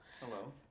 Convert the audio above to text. Hello